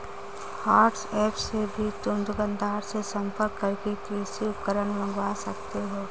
WhatsApp से भी तुम दुकानदार से संपर्क करके कृषि उपकरण मँगवा सकते हो